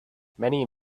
many